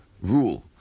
rule